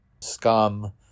Scum